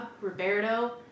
Roberto